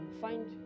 find